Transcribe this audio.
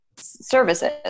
services